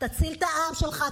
תציל את העם שלך,